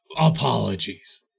Apologies